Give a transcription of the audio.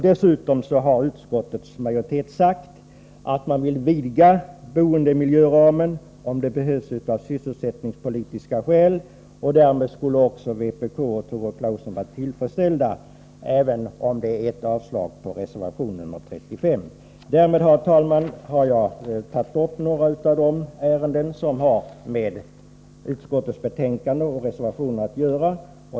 Dessutom har utskottets majoritet sagt att man vill vidga boendemiljöramen om det behövs av sysselsättningspolitiska skäl. Därmed skulle också vpk och Tore Claeson vara tillfredsställda, även om det innebär avslag på reservation 35. Herr talman! Jag har tagit upp några av de ärenden som har med utskottsbetänkandet och reservationerna att göra.